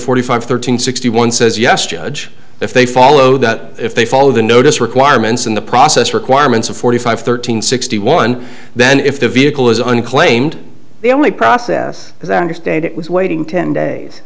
forty five thirteen sixty one says yes judge if they follow that if they follow the notice requirements in the process requirements of forty five thirteen sixty one then if the vehicle is unclaimed the only process as i understand it was waiting ten days